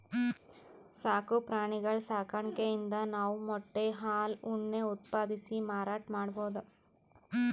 ಸಾಕು ಪ್ರಾಣಿಗಳ್ ಸಾಕಾಣಿಕೆಯಿಂದ್ ನಾವ್ ಮೊಟ್ಟೆ ಹಾಲ್ ಉಣ್ಣೆ ಉತ್ಪಾದಿಸಿ ಮಾರಾಟ್ ಮಾಡ್ಬಹುದ್